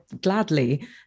gladly